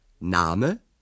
Name